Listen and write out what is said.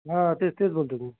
तेच तेच बोलतो आहे मी